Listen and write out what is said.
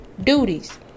duties